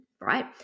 right